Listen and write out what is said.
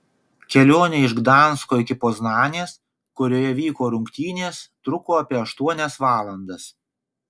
kelionė iš gdansko iki poznanės kurioje vyko rungtynės truko apie aštuonias valandas